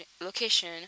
location